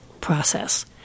process